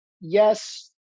yes